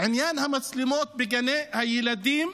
לעניין המצלמות בגני הילדים,